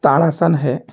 ताड़ासन है